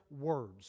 words